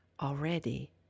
already